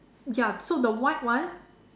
ya so the white one